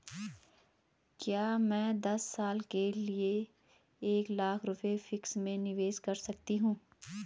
क्या मैं दस साल के लिए एक लाख रुपये फिक्स में निवेश कर सकती हूँ?